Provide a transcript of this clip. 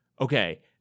okay